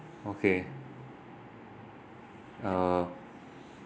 okay uh